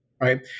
right